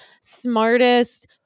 smartest